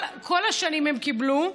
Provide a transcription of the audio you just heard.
כל השנים הם קיבלו,